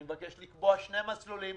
אני מבקש לקבוע שני מסלולים.